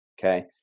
Okay